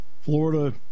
Florida